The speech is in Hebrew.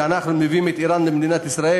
שאנחנו מביאים את איראן למדינת ישראל.